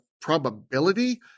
probability